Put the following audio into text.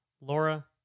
Laura